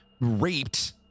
raped